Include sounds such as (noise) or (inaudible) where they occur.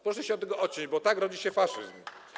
Proszę się od tego odciąć, (noise) bo tak rodzi się faszyzm.